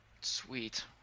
sweet